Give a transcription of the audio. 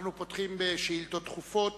אנחנו פותחים בשאילתות דחופות.